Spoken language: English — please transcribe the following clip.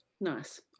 Nice